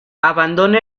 abandona